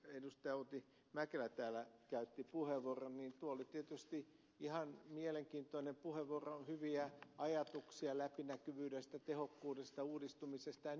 outi mäkelä täällä käytti puheenvuoron tuo oli tietysti ihan mielenkiintoinen puheenvuoro hyviä ajatuksia läpinäkyvyydestä tehokkuudesta uudistumisesta ja niin edelleen